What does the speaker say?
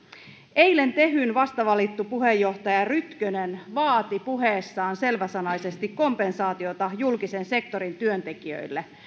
eilen tehyn vastavalittu puheenjohtaja rytkönen vaati puheessaan selväsanaisesti kompensaatiota julkisen sektorin työntekijöille